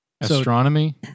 Astronomy